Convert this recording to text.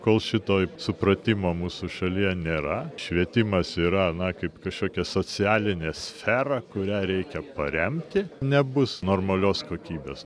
kol šito supratimo mūsų šalyje nėra švietimas yra na kaip kažkokia socialinė sfera kurią reikia paremti nebus normalios kokybės